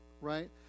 right